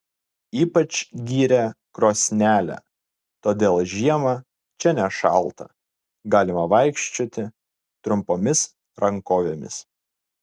ypač gyrė krosnelę todėl žiemą čia nešalta galima vaikščioti trumpomis rankovėmis